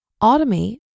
Automate